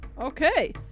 Okay